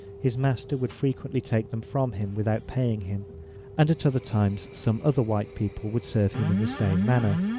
his master would frequently take them from him without paying him and at other times some other white people would serve him in the same manner.